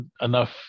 enough